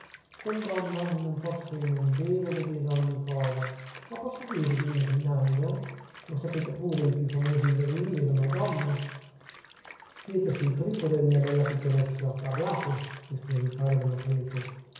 son donna e non posso e non devo vedere ogni cosa ma posso dirvi indovinando lo sapete pure i più famosi indovini erano donne siete sul tripode mia bella pitonessa parlate rispose il padre anacleto